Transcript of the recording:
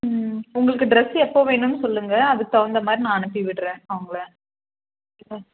உங்களுக்கு ட்ரெஸ் எப்போது வேணுமென்னு சொல்லுங்க அதுக்கு தகுந்த மாதிரி நான் அனுப்பி விடுகிறேன் அவங்கள ம்